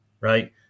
right